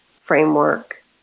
framework